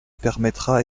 permettra